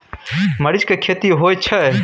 मरीच के खेती होय छय?